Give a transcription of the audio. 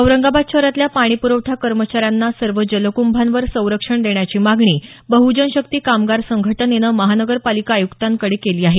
औरंगाबाद शहरातल्या पाणी प्रवठा कर्मचाऱ्यांना सर्व जलक्भांवर संरक्षण देण्याची मागणी बहुजन शक्ती कामगार संघटनेनं महानगरपालिका आयुक्तांकडे केली आहे